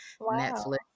Netflix